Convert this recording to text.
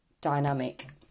dynamic